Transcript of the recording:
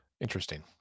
interesting